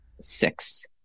six